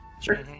Sure